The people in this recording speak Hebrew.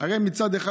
הרי מצד אחד,